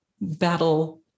battle